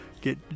get